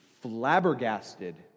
flabbergasted